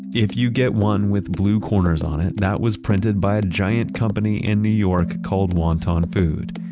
if you get one with blue corners on it, that was printed by a giant company in new york called wonton food.